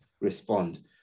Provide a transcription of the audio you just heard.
respond